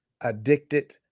Addicted